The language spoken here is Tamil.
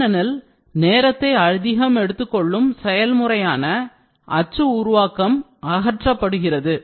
ஏனெனில் நேரத்தை அதிகம் எடுத்துக்கொள்ளும் செயல்முறையான அச்சு உருவாக்கம் அகற்றப்படுகிறது